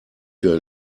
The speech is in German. für